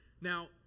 now